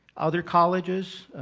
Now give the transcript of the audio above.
other colleges,